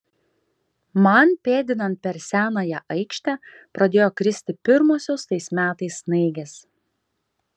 man pėdinant per senąją aikštę pradėjo kristi pirmosios tais metais snaigės